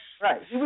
Right